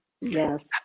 Yes